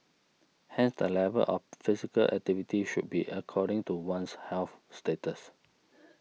hence the level of physical activity should be according to one's health status